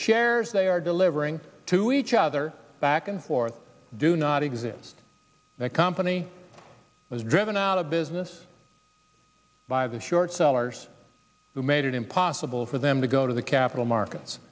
shares they are delivering to each other back and forth do not exist the company was driven out of business by the short sellers who made it impossible for them to go to the capital markets